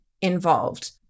involved